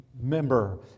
member